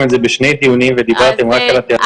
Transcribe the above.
את זה בשני דיונים ודיברתם רק על התיאטרון.